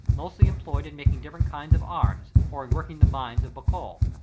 mostly employed in making different kinds of arms, or in working the mines of bocol.